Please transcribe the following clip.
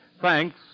thanks